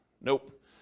Nope